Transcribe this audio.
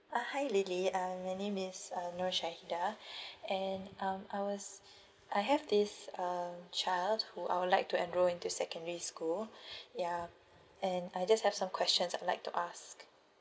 uh hi lily uh my name is norshahidah and um I was I have this um child who I'd like to enroll into secondary school ya and I just have some questions I'd like to ask